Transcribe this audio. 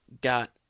got